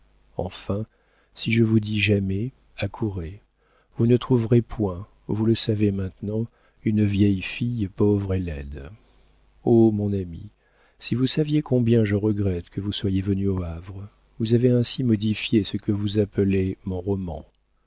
enfin si je vous dis jamais accourez vous ne trouverez point vous le savez maintenant une vieille fille pauvre et laide oh mon ami si vous saviez combien je regrette que vous soyez venu au havre vous avez ainsi modifié ce que vous appelez mon roman